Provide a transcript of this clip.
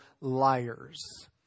liars